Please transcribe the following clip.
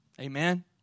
Amen